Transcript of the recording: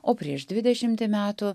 o prieš dvidešimtį metų